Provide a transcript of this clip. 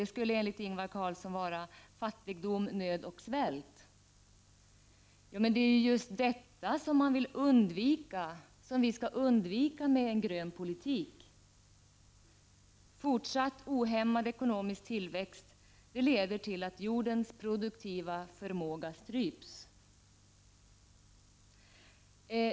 Enligt Ingvar Carlsson skulle det vara fattigdom, nöd och svält. Men det är just detta som vi skall undvika genom en grön politik! Fortsatt ohämmad ekonomisk tillväxt leder till att jordens produktiva förmåga stryps.